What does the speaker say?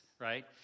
right